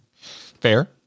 Fair